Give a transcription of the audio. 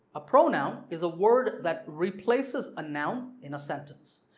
a pronoun is a word that replaces a noun in a sentence.